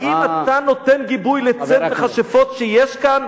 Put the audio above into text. האם אתה נותן גיבוי לציד מכשפות שיש כאן?